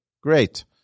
Great